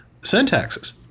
syntaxes